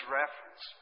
reference